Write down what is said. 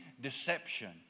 deception